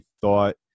thought